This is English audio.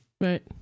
Right